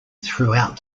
throughout